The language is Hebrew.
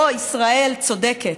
או ישראל צודקת,